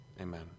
Amen